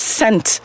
sent